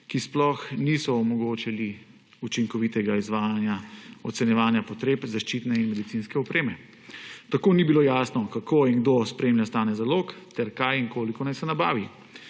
ki sploh niso omogočili učinkovitega izvajanja ocenjevanja potreb zaščitne in medicinske opreme. Tako ni bilo jasno, kako in kdo spremlja stanje zalog ter kaj in koliko naj se nabavi.